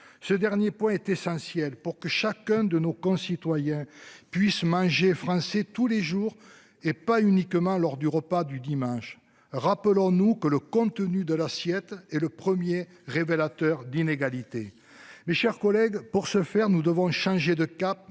Ce dernier point été essentiel pour que chacun de nos concitoyens puissent manger français, tous les jours et pas uniquement lors du repas du dimanche. Rappelons-nous que le contenu de l'assiette et le 1er révélateur d'inégalités. Mes chers collègues. Pour ce faire nous devons changer de cap,